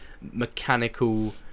mechanical